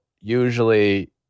usually